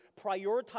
prioritize